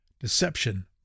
Deception